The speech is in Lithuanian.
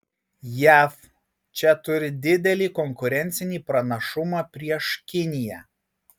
jav čia turi didelį konkurencinį pranašumą prieš kiniją